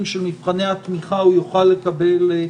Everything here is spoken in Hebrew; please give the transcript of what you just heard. של מבחני התמיכה הוא יוכל לקבל תקציב.